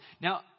Now